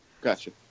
gotcha